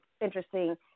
interesting